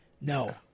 No